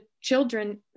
children